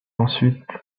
ensuite